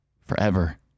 Forever